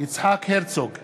יצחק הרצוג,